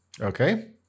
Okay